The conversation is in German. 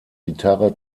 gitarre